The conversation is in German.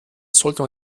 sollte